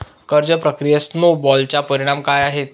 कर्ज प्रक्रियेत स्नो बॉलचा परिणाम काय असतो?